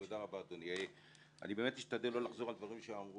מחזה שהוצג אז בתיאטרון הקאמרי והתייחס למצב